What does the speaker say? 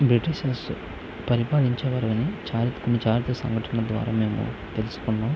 Britishers పరిపాలించేవారు అని చారిత్రక సంఘటన ద్వారా మేము తెలుసుకున్నాము